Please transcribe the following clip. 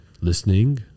listening